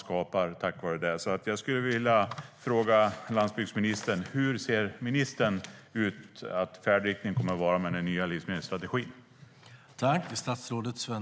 Därför vill jag ställa en fråga till landsbygdsministern: Hur kommer färdriktningen att se ut med den nya livsmedelsstrategin?